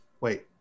wait